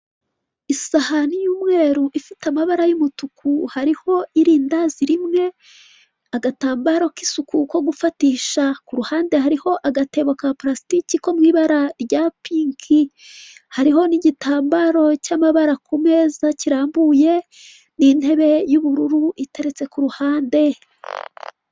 Isahani y'umweru ifite amabara y'umutuku hariho irindazi rimwe, agatambaro k'isuku ko gufatisha, ku ruhande hariho agatebo ka purasitiki ko mu ibara rya pinki, hariho n'igitambaro cy'amabara ku meza kirambuye n'intebe y'ubururu iteretse ku ruhande.